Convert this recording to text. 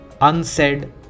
unsaid